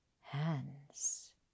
hands